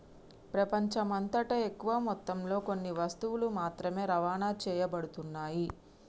ప్రపంచమంతటా ఎక్కువ మొత్తంలో కొన్ని వస్తువులు మాత్రమే రవాణా చేయబడుతున్నాయి